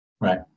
Right